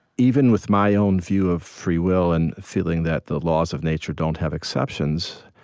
even with my own view of free will and feeling that the laws of nature don't have exceptions,